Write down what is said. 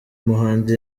umuhanzi